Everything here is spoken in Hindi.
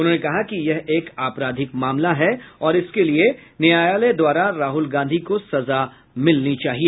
उन्होंने कहा कि यह एक आपराधिक मामला है और इसके लिये न्यायालय द्वारा राहुल गांधी को सजा मिलनी चाहिए